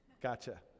Gotcha